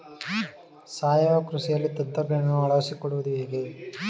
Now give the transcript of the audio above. ಸಾವಯವ ಕೃಷಿಯಲ್ಲಿ ತಂತ್ರಜ್ಞಾನವನ್ನು ಅಳವಡಿಸಿಕೊಳ್ಳುವುದು ಹೇಗೆ?